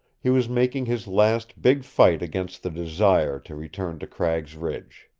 he was making his last big fight against the desire to return to cragg's ridge.